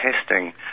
testing